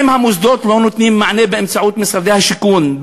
אם המוסדות לא נותנים מענה באמצעות משרד השיכון,